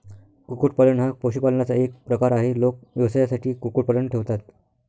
कुक्कुटपालन हा पशुपालनाचा एक प्रकार आहे, लोक व्यवसायासाठी कुक्कुटपालन ठेवतात